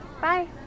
Bye